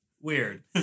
Weird